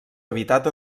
habitat